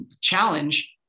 challenge